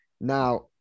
now